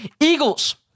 Eagles